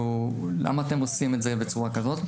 למה אתם עושים את זה בצורה כזאת?